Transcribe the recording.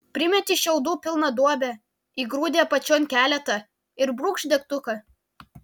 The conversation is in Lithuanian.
primeti šiaudų pilną duobę įgrūdi apačion keletą ir brūkšt degtuką